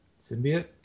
Symbiote